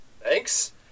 thanks